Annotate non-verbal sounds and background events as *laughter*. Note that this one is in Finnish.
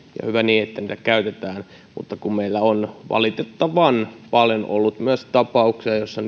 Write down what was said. ja hyvä niin että niitä käytetään mutta meillä on valitettavan paljon ollut myös tapauksia joissa *unintelligible*